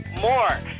more